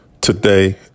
Today